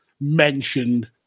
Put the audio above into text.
mentioned